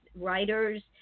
writers